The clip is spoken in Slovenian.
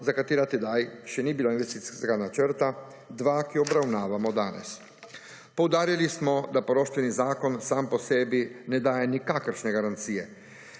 za katera tedaj še ni bilo investicijskega načrta, dva, ki ju obravnavamo danes. Poudarili smo, da poroštveni zakon sam po sebi ne daje nikakršne garancije